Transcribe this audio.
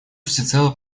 всецело